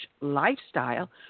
lifestyle